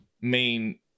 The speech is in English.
main